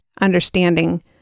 understanding